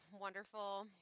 wonderful